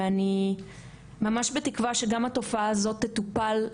ואני ממש בתקווה שגם התופעה הזאת תטופל,